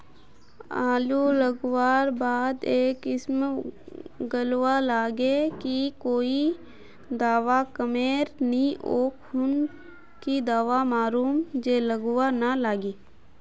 आलू लगवार बात ए किसम गलवा लागे की कोई दावा कमेर नि ओ खुना की दावा मारूम जे गलवा ना लागे?